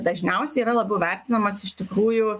dažniausiai yra labiau vertinamas iš tikrųjų